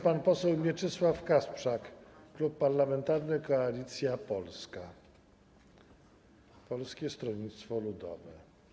Pan poseł Mieczysław Kasprzak, Klub Parlamentarny Koalicja Polska, Polskie Stronnictwo Ludowe.